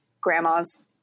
grandmas